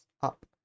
up